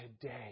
today